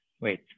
Wait